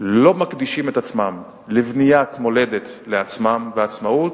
לא מקדישים את עצמם לבניית מולדת לעצמם ועצמאות,